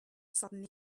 suddenly